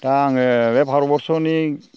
दा आङो बे भारत बरस'नि